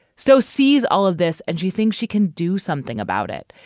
so sees all of this and she thinks she can do something about it.